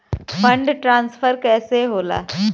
Fund transfer कैसे होला?